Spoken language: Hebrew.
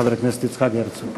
חבר הכנסת יצחק הרצוג.